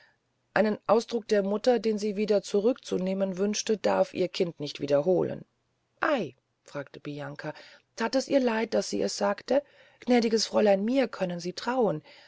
einen ausdruck der mutter den sie wieder zurück zu nehmen wünschte darf ihr kind nicht wiederholen ey fragte bianca that es ihr leid was sie gesagt hatte gnädiges fräulein mir können sie trauen